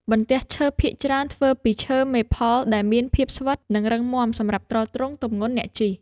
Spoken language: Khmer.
បន្ទះឈើ ភាគច្រើនធ្វើពីឈើម៉េផល ដែលមានភាពស្វិត និងរឹងមាំសម្រាប់ទ្រទ្រង់ទម្ងន់អ្នកជិះ។